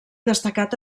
destacat